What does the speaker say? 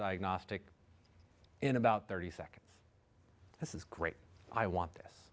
diagnostic in about thirty seconds this is great i want this